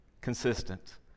consistent